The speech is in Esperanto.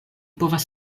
povas